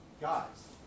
Guys